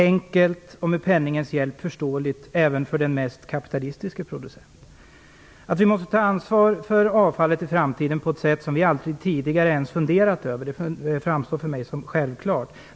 Enkelt och med penningens hjälp förståeligt även för den mest kapitalistiske producenten. Att vi måste ta ansvar för avfallet i framtiden på ett sätt som vi aldrig tidigare ens funderat över framstår för mig som självklart.